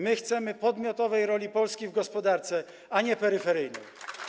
My chcemy podmiotowej roli Polski w gospodarce, a nie peryferyjnej.